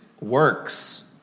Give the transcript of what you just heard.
works